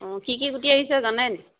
অঁ কি কি গুটি আহিছে জানেনি